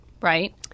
Right